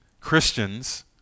Christians